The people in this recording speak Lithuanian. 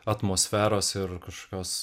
atmosferos ir kažkokios